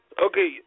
Okay